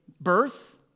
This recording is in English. Birth